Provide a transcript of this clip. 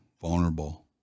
vulnerable